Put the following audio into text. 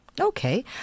Okay